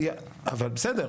בסדר,